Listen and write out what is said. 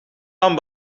aan